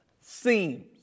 Seems